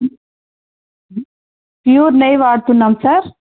pure నెయ్యి వాడుతున్నాం sir